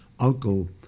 Uncle